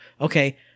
Okay